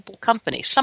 company